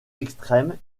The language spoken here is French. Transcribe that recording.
extrême